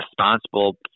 responsible